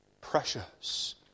Precious